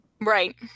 right